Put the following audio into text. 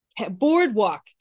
boardwalk